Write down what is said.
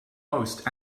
host